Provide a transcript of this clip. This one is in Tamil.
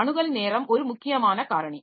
அணுகல் நேரம் ஒரு முக்கியமான காரணி